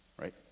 right